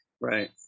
right